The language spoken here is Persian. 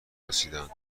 رسیدند